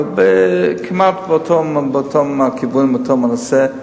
אבל הכיוונים כמעט באותו נושא.